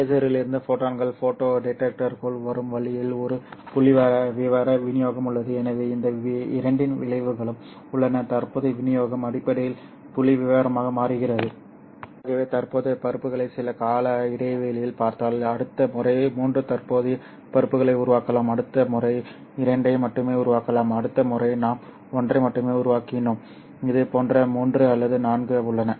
லேசரிலிருந்து ஃபோட்டான்கள் ஃபோட்டோ டிடெக்டருக்குள் வரும் வழியில் ஒரு புள்ளிவிவர விநியோகம் உள்ளது எனவே இந்த இரண்டின் விளைவுகளும் உள்ளன தற்போதைய விநியோகம் அடிப்படையில் புள்ளிவிவரமாக மாறுகிறது ஆகவே தற்போதைய பருப்புகளை சில கால இடைவெளியில் பார்த்தால் அடுத்த முறை 3 தற்போதைய பருப்புகளை உருவாக்கலாம் அடுத்த முறை 2 ஐ மட்டுமே உருவாக்கலாம் அடுத்த முறை நாம் ஒன்றை மட்டுமே உருவாக்கினோம் இது போன்ற 3 அல்லது 4 உள்ளன